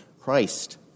Christ